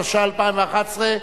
התשע"א 2011,